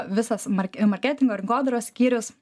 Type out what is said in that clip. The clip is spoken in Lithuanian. visas mark e marketingo rinkodaros skyrius